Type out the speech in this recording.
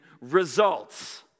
results